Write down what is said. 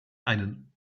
einen